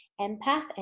empath